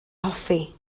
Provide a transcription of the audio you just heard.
hoffi